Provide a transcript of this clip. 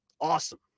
Awesome